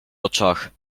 oczach